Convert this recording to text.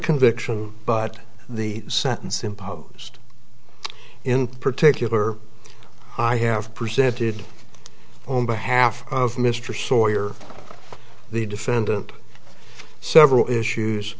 conviction but the sentence imposed in particular i have presented on behalf of mr sawyer the defendant several issues